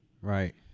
right